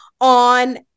on